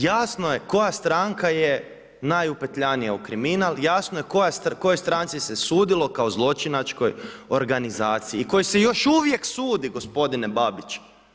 Jasno je koja stranka je najupetljanija u kriminal, jasno je kojoj stranci se sudilo, kao zločinačkoj organizaciji i kojoj se još uvijek sudi, gospodine Babić.